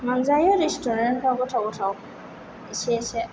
मोनजायो रेसथुरेन्टफ्राव गोथाव गोथाव इसे इसे